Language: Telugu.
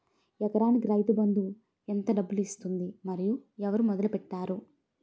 ఎకరానికి రైతు బందు ఎంత డబ్బులు ఇస్తుంది? మరియు ఎవరు మొదల పెట్టారు?